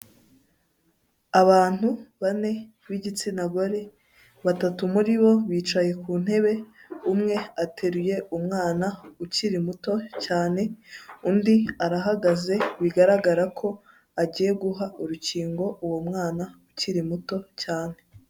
Abantu bane b'igitsina gore batatu muri bo bicaye ku ntebe, umwe ateruye umwana ukiri muto cyane undi arahagaze bigaragara ko agiye guha urukingo uwo mwana ukiri muto cyane.